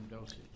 dosage